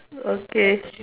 okay